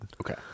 Okay